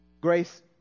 Grace